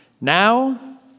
Now